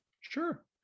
sure